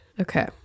Okay